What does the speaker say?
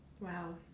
Wow